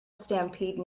stampede